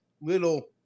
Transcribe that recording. little